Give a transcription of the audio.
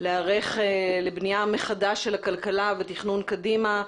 להיערך לבנייה מחדש של הכלכלה ותכנון קדימה.